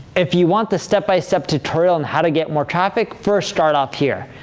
if you want the step by step tutorial on how to get more traffic, first, start off here,